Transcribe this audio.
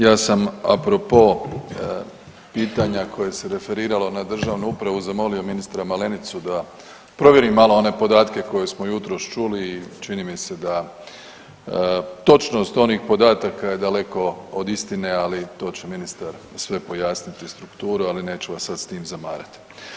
Ja sam apropo pitanja koje se referiralo na državnu upravu zamolio ministra Malenicu da provjeri malo one podatke koje smo jutros čuli i čini mi se da točnost onih podataka je daleko od istine, ali to će ministar sve pojasniti strukturu, ali neću vas sad s tim zamarati.